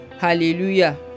Hallelujah